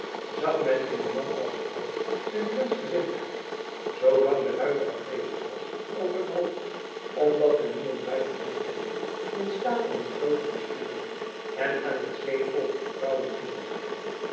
zag men in een man als tromp zijn prinsgezindheid zoolang de ruyter afwezig was over t hoofd omdat men niemand buiten hem kende in staat om een vloot te besturen en aan het zeevolk vertrouwen in te boezemen